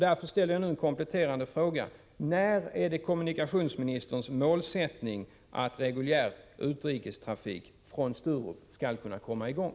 Därför ställer jag nu en kompletterande fråga: När skall enligt kommunikationsministerns målsättning reguljär utrikestrafik från Sturup kunna komma i gång?